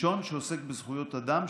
ראשון שעוסק בזכויות אדם,